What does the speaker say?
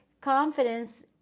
confidence